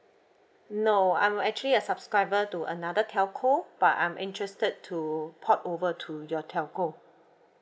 no I'm actually a subscriber to another telco but I'm interested to port over to your telco